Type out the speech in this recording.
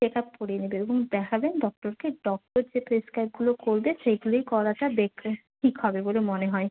check up করিয়ে নেবে এবং দেখাবে ডক্টরকে ডক্টর যে প্রেসক্রাইবগুলো করবে সেগুলোই করাটা দেখবে ঠিক হবে বলে মনে হয়